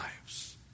lives